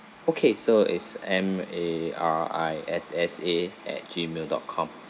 okay so is M A R I S S A at G mail dot com